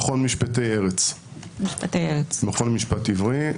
מכון משפטי ארץ, מכון משפט עברי.